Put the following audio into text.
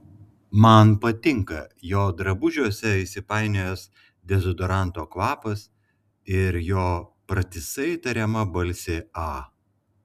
man patinka jo drabužiuose įsipainiojęs dezodoranto kvapas ir jo pratisai tariama balsė a